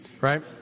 right